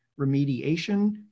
remediation